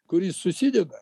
kuris susideda